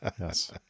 yes